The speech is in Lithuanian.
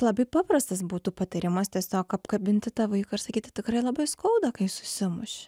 labai paprastas būtų patarimas tiesiog apkabinti tą vaiką ir sakyti tikrai labai skauda kai susimuši